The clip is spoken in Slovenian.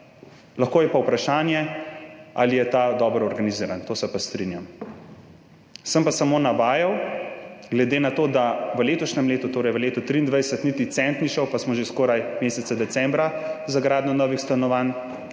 Lahko je pa vprašanje, ali je ta dobro organiziran. To se pa strinjam. Sem pa samo navajal, glede na to, da v letošnjem letu, torej v letu 2023, niti cent ni šel, pa smo že skoraj meseca decembra, za gradnjo novih stanovanj.